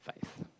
faith